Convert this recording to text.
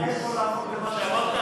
אתה מתחייב פה לעמוד במה שאמרת?